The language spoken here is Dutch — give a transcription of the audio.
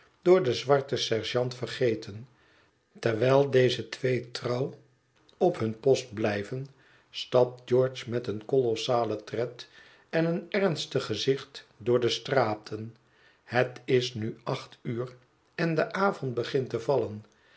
door den zwarten sergeant vergeten terwijl deze twee trouw op hun post blijven stapt george met een kolossalen tred en een ernstig gezicht door de straten het is nu acht uur en de avond begint te vallen